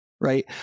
right